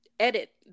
Edit